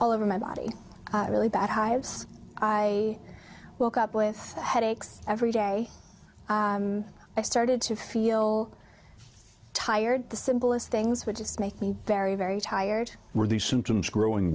all over my body really bad hives i woke up with headaches every day i started to feel tired the simplest things would just make me very very tired were the symptoms growing